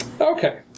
Okay